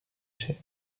chênes